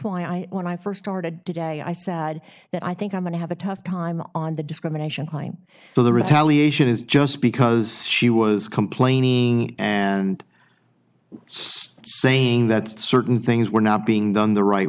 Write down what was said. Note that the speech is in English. why i when i first started today i said that i think i'm going to have a tough time on the discrimination crime so the retaliation is just because she was complaining and saying that certain things were not being done the right